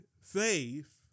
faith